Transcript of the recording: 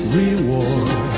reward